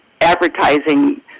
advertising